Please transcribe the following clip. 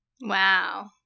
Wow